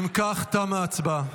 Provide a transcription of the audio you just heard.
אם כך, תמה ההצבעה.